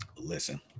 Listen